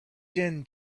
din